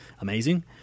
amazing